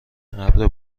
ابر